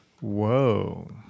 whoa